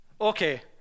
Okay